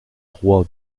roy